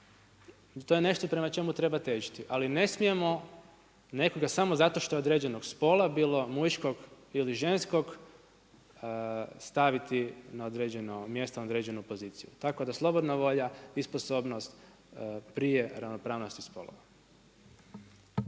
to je nešto prema čemu treba težiti, ali ne smijemo nekoga samo zato što je određenog spola, bilo muškog ili ženskog staviti na određeno mjesto, na određenu poziciju. Tako da slobodna volja i sposobnost prije ravnopravnosti spolova.